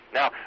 Now